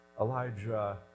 Elijah